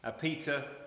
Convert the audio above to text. Peter